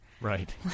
Right